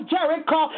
Jericho